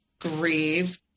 grieve